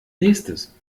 nächstes